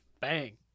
bang